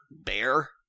bear